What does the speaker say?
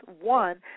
one